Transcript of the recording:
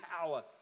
power